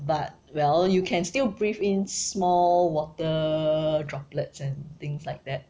but well you can still breathe in small water droplets and things like that